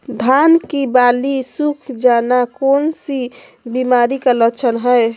धान की बाली सुख जाना कौन सी बीमारी का लक्षण है?